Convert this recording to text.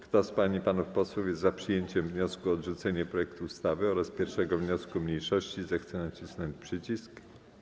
Kto z pań i panów posłów jest za przyjęciem wniosku o odrzucenie projektu ustawy oraz 1. wniosku mniejszości, zechce nacisnąć przycisk.